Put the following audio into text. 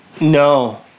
no